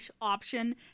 option